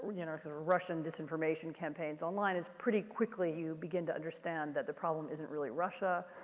ah you know, the russian disinformation campaigns online is pretty quickly you begin to understand that the problem isn't really russia.